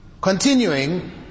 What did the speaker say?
Continuing